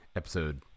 episode